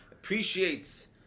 appreciates